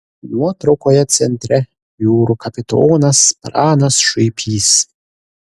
nuotraukoje centre jūrų kapitonas pranas šuipys